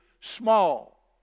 small